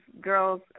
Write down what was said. girls